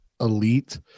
elite